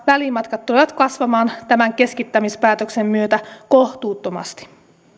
välimatkat tulevat kasvamaan tämän keskittämispäätöksen myötä kohtuuttomasti